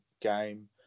game